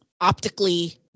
optically